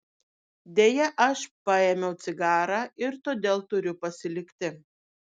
deja aš paėmiau cigarą ir todėl turiu pasilikti